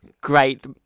great